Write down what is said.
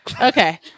Okay